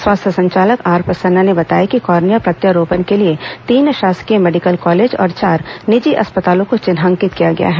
स्वास्थ्य संचालक आर प्रसन्ना ने बताया कि कार्निया प्रत्यारोपण के लिए तीन शासकीय मेडिकल कॉलेज और चार निजी अस्पतालों को चिन्हांकित किया गया है